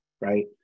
right